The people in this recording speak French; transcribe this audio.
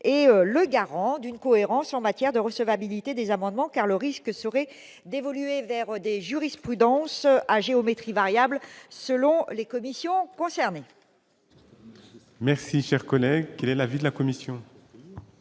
est le garant d'une cohérence en matière de recevabilité des amendements, car le risque serait d'évoluer vers des jurisprudences à géométrie variable selon les commissions concernées. Merci, cher collègue, quel est l'avis de la commission.